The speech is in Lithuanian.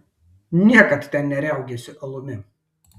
niekad ten neriaugėsiu alumi